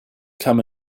come